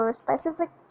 specific